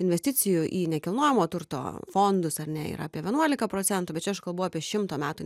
investicijų į nekilnojamo turto fondus ar ne yra apie vienuolika procentų bet čia aš kalbu apie šimto metų